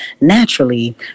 naturally